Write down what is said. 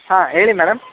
ಹಾಂ ಹೇಳಿ ಮೇಡಮ್